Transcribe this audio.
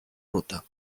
ruta